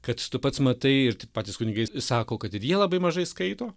kad tu pats matai ir patys kunigai sako kad ir jie labai mažai skaito